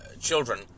children